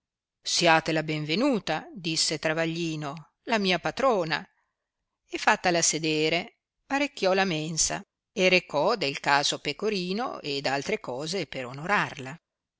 siate la ben venuta disse travaglino la mia patrona e fattala sedere parecchio la mensa e recò del caso pecorino ed altre cose per onorarla